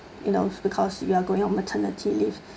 you know because you are going on maternity leave